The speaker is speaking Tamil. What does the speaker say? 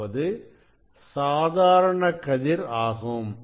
அதாவது சாதாரண கதிர் ஆகும்